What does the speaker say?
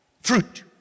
fruit